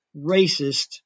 racist